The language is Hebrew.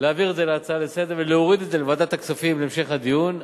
להעביר את זה להצעה לסדר ולהוריד את זה לוועדת הכספים להמשך הדיון,